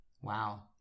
Wow